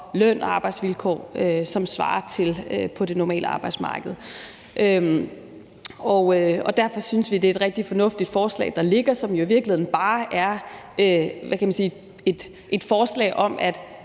løn og arbejdsvilkår, som svarer til forholdene på det normale arbejdsmarked. Derfor synes vi, det er et rigtig fornuftigt forslag, der ligger her, og som jo virkeligheden bare er et forslag om at